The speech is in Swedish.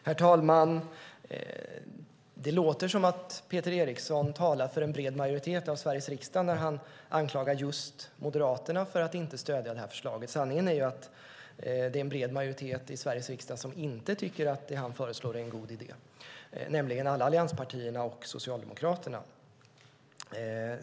Herr talman! Peter Eriksson får det att låta som om han talar för en bred majoritet av Sveriges riksdag när han anklagar just Moderaterna för att inte stödja det här förslaget. Sanningen är ju att det är en bred majoritet i Sveriges riksdag som inte tycker att det han föreslår är en god idé, nämligen alla allianspartierna och Socialdemokraterna.